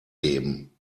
geben